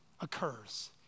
occurs